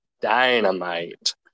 dynamite